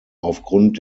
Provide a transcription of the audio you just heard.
aufgrund